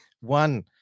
one